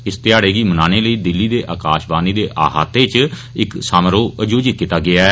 इस ध्याड़े गी मनाने लेई दिल्ली दे आकाशवाणी दे अहातें इच इक समारोह आयोजित कीता गेया ऐ